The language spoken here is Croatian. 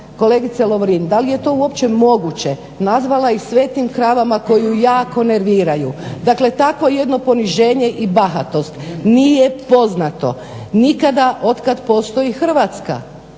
Kolegice Lovrin da li je to uopće moguće, nazvala ih svetim kravama koji ju jako nerviraju. Dakle tako jedno poniženje i bahatost nije poznato nikada otkad postoji Hrvatska,